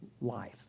life